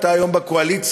אתה היום בקואליציה.